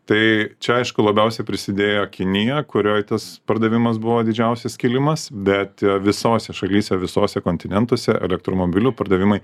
tai čia aišku labiausiai prisidėjo kinija kurioj tas pardavimas buvo didžiausias kilimas bet o visose šalyse visose kontinentuose elektromobilių pardavimai